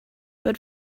but